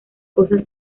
cosas